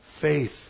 faith